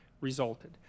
resulted